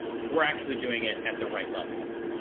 we're actually doing it at the right level.